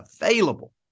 available